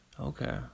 Okay